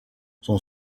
son